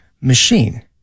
machine